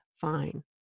fine